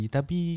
Tapi